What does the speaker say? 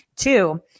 Two